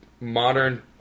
modern